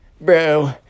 Bro